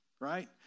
right